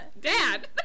Dad